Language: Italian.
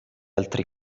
altri